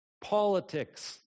Politics